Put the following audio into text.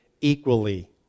equally